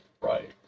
Right